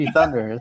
Thunder